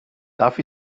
darf